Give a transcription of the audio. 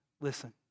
listen